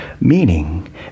Meaning